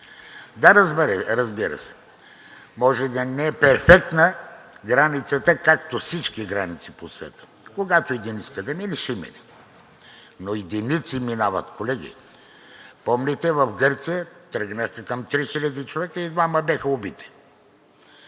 Да, разбира се, може да не е перфектна границата, както всички граници по света, когато един иска да мине, ще мине, но единици минават. Колеги, помните в Гърция тръгнаха към 3000 човека и двама бяха убити.